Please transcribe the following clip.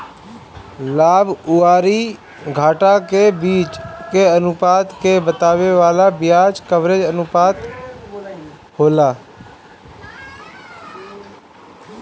लाभ अउरी घाटा के बीच के अनुपात के बतावे वाला बियाज कवरेज अनुपात होला